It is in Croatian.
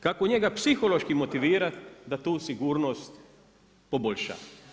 Kako njega psihološki motivira, da tu sigurnost poboljša.